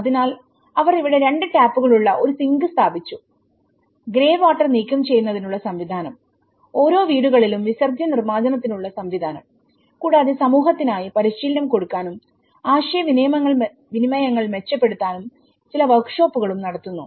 അതിനാൽ അവർ ഇവിടെ രണ്ട് ടാപ്പുകളുള്ള ഒരു സിങ്ക് സ്ഥാപിച്ചു ഗ്രെ വാട്ടർ നീക്കം ചെയ്യുന്നതിനുള്ള സംവിധാനം ഓരോ വീടുകളിലും വിസർജ്യ നിർമ്മാർജ്ജനത്തിനുള്ള സംവിധാനം കൂടാതെ സമൂഹത്തിനായിപരിശീലനം കൊടുക്കാനുംആശയവിനിമയങ്ങൾ മെച്ചപ്പെടുത്താനും ചില വർക്ക്ഷോപ്പുകളും നടത്തുന്നു